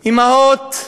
אימהות,